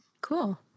Cool